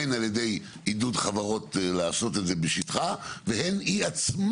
הן על ידי עידוד חברות לעשות את זה בשטחה והן היא עצמה,